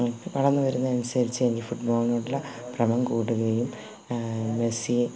വളർന്ന് വരുന്നതിന് അനുസരിച്ച് എന്റെ ഫുട്ബോളിനോടുള്ള ഭ്രമം കൂടുകയും മെസ്സിയെ